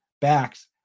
backs